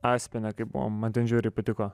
aspene kai buvom man ten žiauriai patiko